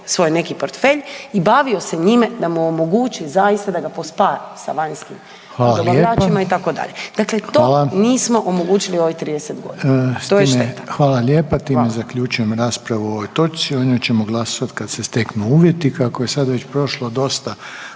svoj neki portfelj i bavio se njime da mu omogući zaista da ga pospari sa vanjskim dobavljačima itd., dakle to nismo omogućili u ovih 30.g.. To je šteta. **Reiner, Željko (HDZ)** S time, hvala lijepa, time zaključujem raspravu o ovom točci, o njoj ćemo glasovat kad se steknu uvjeti. Kako je sad već prošlo dosta